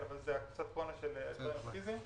אבל זה היה קופסת קורונה לדברים פיזיים.